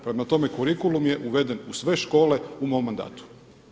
Prema tome, kurikulum je uveden u sve škole u mom mandatu.